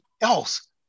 else